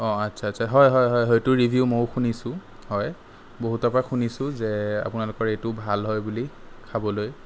অঁ আচ্ছা আচ্ছা হয় হয় হয় হয় সেইটো ৰিভিউ ময়ো শুনিছোঁ হয় বহুতৰ পৰা শুনিছোঁ যে আপোনালোকৰ এইটো ভাল হয় বুলি খাবলৈ